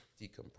decompress